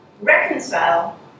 reconcile